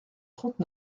trente